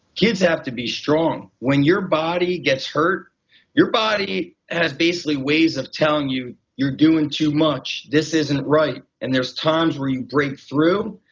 kids have to be strong. strong. when your body gets hurt your body has basically ways of telling you you're doing too much, this isn't right. and there's times when you break through,